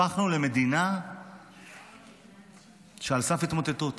הפכנו למדינה שהיא על סף התמוטטות.